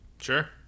Sure